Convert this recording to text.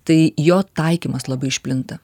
tai jo taikymas labai išplinta